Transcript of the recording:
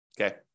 Okay